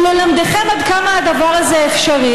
וללמדכם עד כמה הדבר הזה אפשרי,